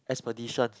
expedition